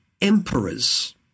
emperors